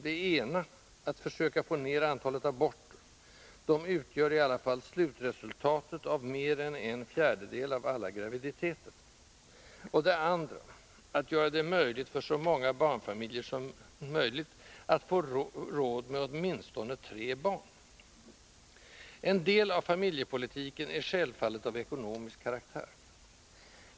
Det ena är att försöka få ned antalet aborter — de utgör i alla fall slutresultatet av mer än en fjärdedel av alla graviditeter. Det andra är att skapa förutsättningar för att så många barnfamiljer som möjligt får råd med åtminstone tre barn. En del av familjepolitiken är självfallet av ekonomisk karaktär.